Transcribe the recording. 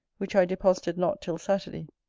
which i deposited not till saturday.